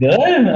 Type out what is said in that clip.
Good